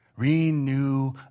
Renew